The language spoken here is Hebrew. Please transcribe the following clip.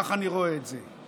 כך אני רואה את זה.